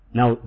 now